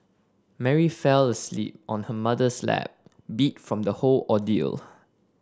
Mary fell asleep on her mother's lap beat from the whole ordeal